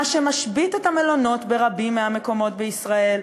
מה שמשבית את המלונות ברבים מהמקומות בישראל,